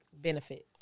benefits